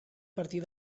partir